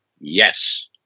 Yes